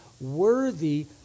Worthy